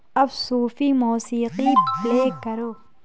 اب صوفی موسیقی پلے کرو